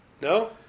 No